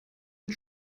mit